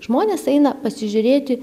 žmonės eina pasižiūrėti